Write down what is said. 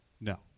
No